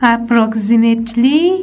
Approximately